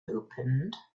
opened